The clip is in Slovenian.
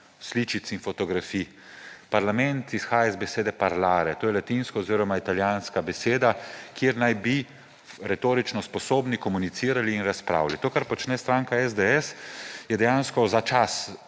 sličic in fotografij. Parlament izhaja iz besede parlare, to je latinska oziroma italijanska beseda, kjer naj bi retorično sposobni komunicirali in razpravljali. To, kar počne stranka SDS, je dejansko za časom;